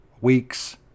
weeks